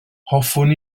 hoffwn